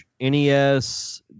NES